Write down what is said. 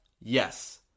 Yes